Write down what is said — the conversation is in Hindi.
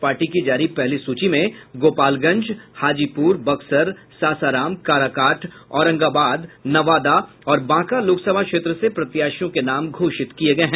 पार्टी की जारी पहली सूची में गोपालगंज हाजीपूर बक्सर सासाराम काराकाट औरंगाबाद नवादा और बांका लोकसभा क्षेत्र से प्रत्याशियों के नाम घोषित किये गये हैं